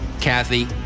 Kathy